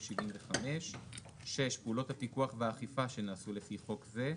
75. פעולות הפיקוח והאכיפה שנעשו לפי חוק זה.